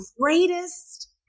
greatest